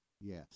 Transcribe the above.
yes